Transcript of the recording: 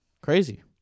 Crazy